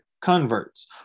converts